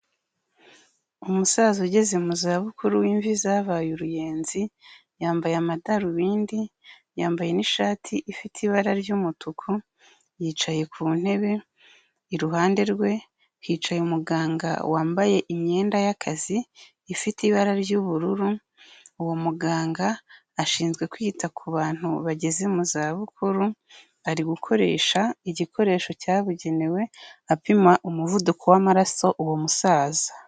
Umusaza ugeze mu zabukuru imvi zabaye uruyenzi yambaye amadarubindi yambaye n'ishati ifite ibara ry'umutuku yicaye ku ntebe, iruhande rwe hicaye umuganga wambaye imyenda y'akazi ifite ibara ry'ubururu, uwo muganga ashinzwe kwita ku bantu bageze mu zabukuru ari gukoresha igikoresho cyabugenewe apima umuvuduko w'amaraso uwo musaza.